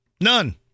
None